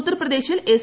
ഉത്തർപ്രദേശിൽ എസ്